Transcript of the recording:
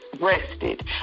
rested